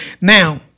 Now